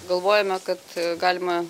galvojame kad galima